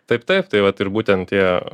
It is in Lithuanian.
taip taip tai vat ir būtent tie